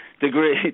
Degree